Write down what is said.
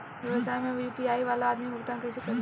व्यवसाय में यू.पी.आई वाला आदमी भुगतान कइसे करीं?